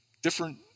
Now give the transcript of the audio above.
different